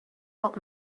old